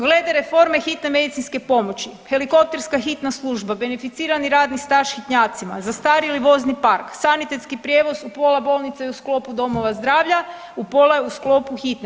Glede reforme hitne medicinske pomoći helikopterska hitna služba, beneficirani radni staž hitnjacima, zastarjeli vozni park, sanitetski prijevoz u pola bolnice i u sklopu domova zdravlja, pola je u sklopu hitne.